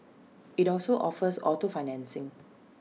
IT also offers auto financing